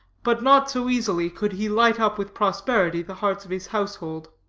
but not so easily could he light up with prosperity the hearts of his household.